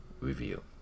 Review